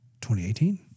2018